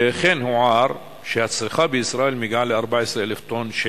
וכן הוער שהצריכה בישראל מגיעה ל-14,000 טון שמן.